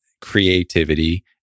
creativity